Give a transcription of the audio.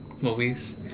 movies